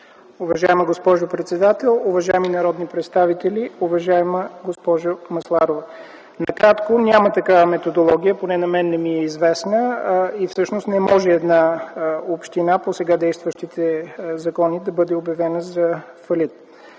Уважаема госпожо председател, уважаеми народни представители! Уважаема госпожо Масларова, накратко – няма такава методология, поне на мен не ми е известна. Всъщност не може една община, по сега действащите закони, да бъде обявена за фалит.